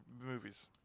movies